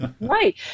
Right